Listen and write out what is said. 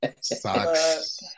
socks